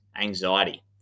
anxiety